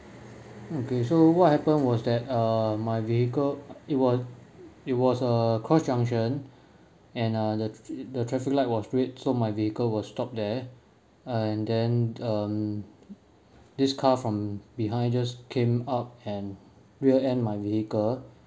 okay so what happen was that uh my vehicle it was it was a cross junction and uh the traffic light was red so my vehicle was stop there uh and then um this car from behind just came up and rear end my vehicle